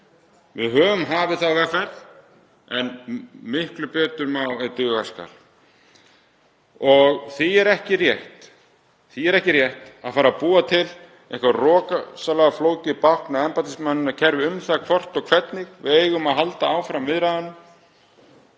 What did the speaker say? Við höfum hafið þá vegferð, en mikið betur má ef duga skal. Því er ekki rétt að fara að búa til eitthvert rosalega flókið bákn með embættismannakerfi um það hvort og hvernig við eigum að halda áfram viðræðunum,